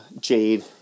Jade